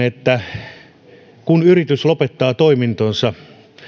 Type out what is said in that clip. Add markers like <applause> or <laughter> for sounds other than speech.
<unintelligible> että venatorin jäljiltä kun yritys lopettaa toimintonsa